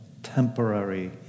temporary